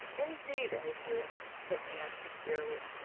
indeed i do, said anne sincerely.